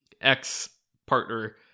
ex-partner